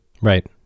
Right